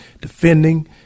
defending